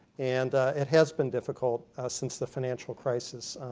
and it has been difficult since the financial crisis.